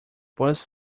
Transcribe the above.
bus